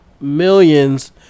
millions